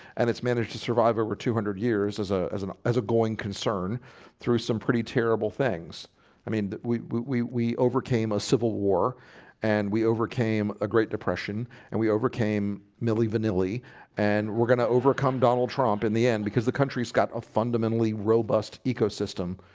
and it's managed to survive over two hundred years as an as a going concern through some pretty terrible things i mean we we we overcame a civil war and we overcame a great depression and we overcame milli vanilli and we're gonna overcome donald trump in the end because the country's got a fundamentally robust ecosystem.